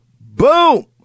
boom